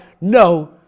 No